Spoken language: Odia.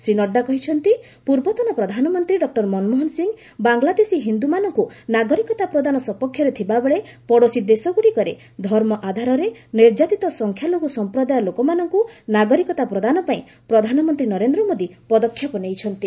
ଶ୍ରୀ ନଡ୍ଥା କହିଛନ୍ତି ପୂର୍ବତନ ପ୍ରଧାନମନ୍ତ୍ରୀ ଡକ୍କର ମନମୋହନ ସିଂହ ବାଙ୍ଗଲାଦେଶୀ ହିନ୍ଦୁମାନଙ୍କୁ ନାଗରିକତା ପ୍ରଦାନ ସପକ୍ଷରେ ଥିବା ବେଳେ ପଡ଼ୋଶୀ ଦେଶଗୁଡ଼ିକରେ ଧର୍ମ ଆଧାରରେ ନିର୍ଯାତିତ ସଂଖ୍ୟାଲଘୁ ସମ୍ପ୍ରଦାୟ ଲୋକମାନଙ୍କୁ ନାଗରିକତା ପ୍ରଦାନ ପାଇଁ ପ୍ରଧାନମନ୍ତ୍ରୀ ନରେନ୍ଦ୍ର ମୋଦୀ ପଦକ୍ଷେପ ନେଇଛନ୍ତି